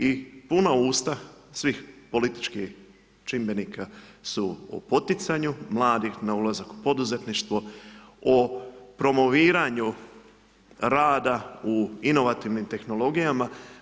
I puna usta svih političkih čimbenika su u poticanju, mladih na ulazak u poduzetništvu, o promoviranju rada u inovativnim tehnologijama.